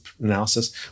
analysis